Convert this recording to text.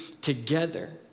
together